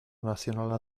nazionala